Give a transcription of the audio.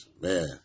Man